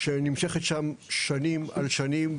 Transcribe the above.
שנמשכת שם שנים על שנים,